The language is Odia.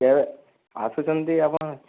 ଆସୁଛନ୍ତି ଆପଣ